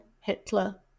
Hitler